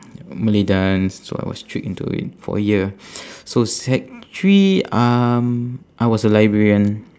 malay dance so I was tricked into it for a year so sec three um I was a librarian